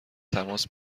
تماس